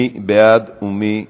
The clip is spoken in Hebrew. מי בעד ומי נגד?